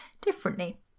differently